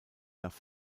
nach